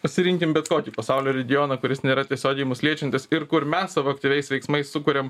pasirinkim bet kokį pasaulio regioną kuris nėra tiesiogiai mus liečiantis ir kur mes savo aktyviais veiksmais sukuriam